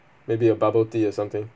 maybe a bubble tea or something